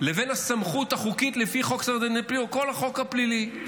לבין הסמכות החוקית לפי חוק סדר הדין הפלילי או כל החוק הפלילי.